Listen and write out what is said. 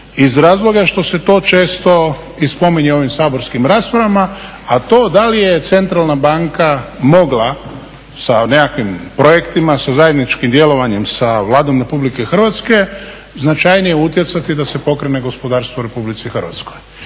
iz razloga što se to često i spominje u ovim saborskim raspravama. A to da li je centralna banka mogla sa nekakvim projektima, sa zajedničkim djelovanjem sa Vladom Republike Hrvatske značajnije utjecati da se pokrene gospodarstvo u Republici Hrvatskoj